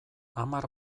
hamar